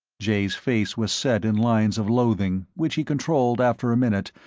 jay's face was set in lines of loathing, which he controlled after a minute,